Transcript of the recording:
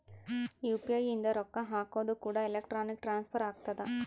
UPI ಇಂದ ರೊಕ್ಕ ಹಕೋದು ಕೂಡ ಎಲೆಕ್ಟ್ರಾನಿಕ್ ಟ್ರಾನ್ಸ್ಫರ್ ಆಗ್ತದ